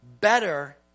better